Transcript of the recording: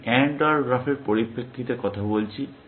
আমি AND OR গ্রাফের পরিপ্রেক্ষিতে কথা বলছি